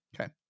okay